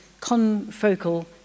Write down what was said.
confocal